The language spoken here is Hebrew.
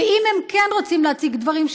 ואם הם כן רוצים להציג דברים,